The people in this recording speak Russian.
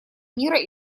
мира